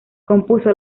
compuso